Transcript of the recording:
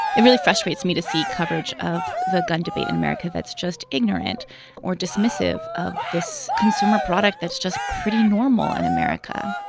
it really frustrates me to see coverage of the gun debate in america that's just ignorant or dismissive of this consumer product. that's just pretty normal in and america.